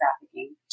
trafficking